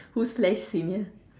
who's less senior